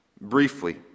briefly